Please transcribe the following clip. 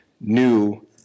new